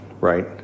right